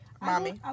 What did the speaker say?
Mommy